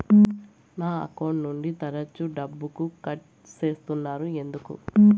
నా అకౌంట్ నుండి తరచు డబ్బుకు కట్ సేస్తున్నారు ఎందుకు